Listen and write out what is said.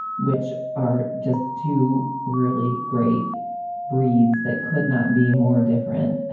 which are just two really great breeds that could not be more different,